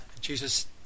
Jesus